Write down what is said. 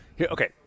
Okay